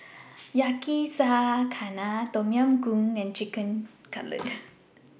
Yakizakana Tom Yam Goong and Chicken Cutlet